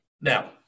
Now